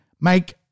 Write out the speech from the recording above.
make